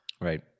right